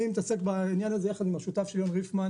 מתעסק בעניין הזה ביחד עם השותף שלי און ריפמן